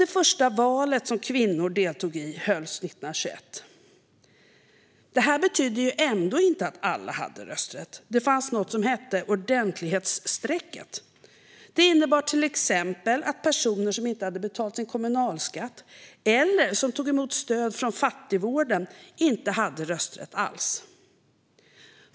Det första val som kvinnor deltog i hölls 1921. Det här betydde ändå inte att alla hade rösträtt. Det fanns något som hette ordentlighetsstrecket. Det innebar till exempel att personer som inte hade betalat sin kommunalskatt eller som tog emot stöd från fattigvården inte hade någon rösträtt alls.